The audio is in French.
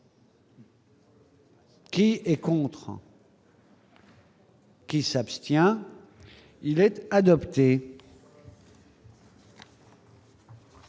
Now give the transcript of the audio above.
Qui est contre. Qui s'abstient, il est adopté.